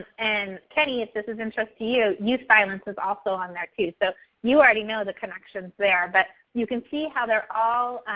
and kenny, if this is interest to you, youth violence is also on there too. so you already know the connections there. but you can see how they're all